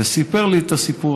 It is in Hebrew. וסיפר לי סיפור